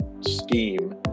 scheme